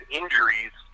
injuries